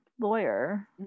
lawyer